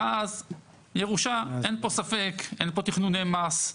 ואז, ירושה, אין פה ספק, אין פה תכנוני מס.